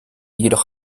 jedoch